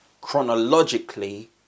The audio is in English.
chronologically